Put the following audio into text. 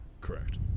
Correct